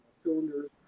cylinders